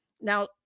now